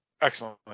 Excellent